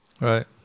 right